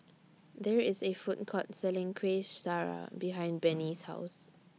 There IS A Food Court Selling Kueh Syara behind Bennie's House